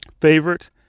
favorite